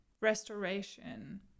restoration